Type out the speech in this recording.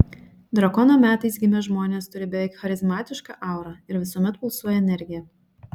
drakono metais gimę žmonės turi beveik charizmatišką aurą ir visuomet pulsuoja energija